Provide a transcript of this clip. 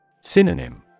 Synonym